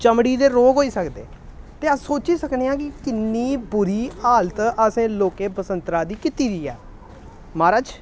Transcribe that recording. चमड़ी दे रोग होई सकदे ते अस सोच्ची सकने आं कि किन्नी बुरी हालत असें लोकें बसंतरा दी कीती दी ऐ म्हाराज